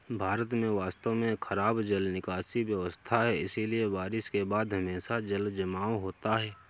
भारत में वास्तव में खराब जल निकासी व्यवस्था है, इसलिए बारिश के बाद हमेशा जलजमाव होता है